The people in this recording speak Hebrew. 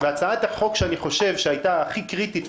הצעת החוק שאני חושב שהייתה הכי קריטית,